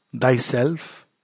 thyself